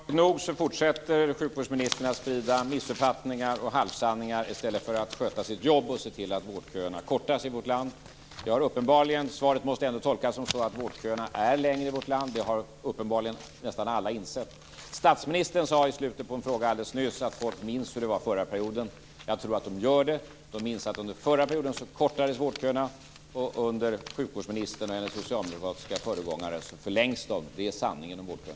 Fru talman! Beklagligt nog fortsätter sjukvårdsministern att sprida missuppfattningar och halvsanningar i stället för att sköta sitt jobb och se till att vårdköerna kortas i vårt land. Uppenbarligen måste svaret ändå tolkas som att vårdköerna är längre i vårt land nu. Det har nästan alla insett. Statsministern sade alldeles nyss att folk minns hur det var förra mandatperioden. Jag tror att de gör det. Jag tror att de minns att vårdköerna kortades, medan de förlängts under sjukvårdsministerns och hennes socialdemokratiska föregångares styre. Det är sanningen om vårdkön.